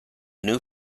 new